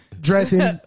dressing